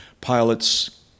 pilots